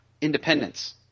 independence